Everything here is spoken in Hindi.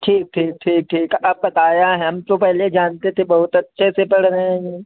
ठीक ठीक ठीक ठीक अब बताया है हम तो पहले जानते थे बहुत अच्छे से पढ़ रहे हैं